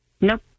Nope